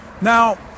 Now